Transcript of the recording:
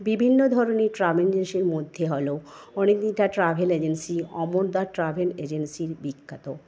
বিভিন্ন ধরণের ট্রাভেল মধ্যে হলো Anindita travel agency travel agency বিখ্যাত